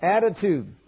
Attitude